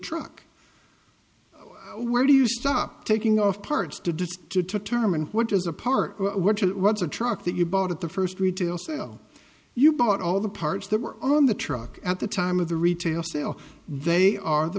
truck where do you stop taking off parts to determine what is a part what's a truck that you bought at the first retail sell you bought all the parts that were on the truck at the time of the retail sale they are the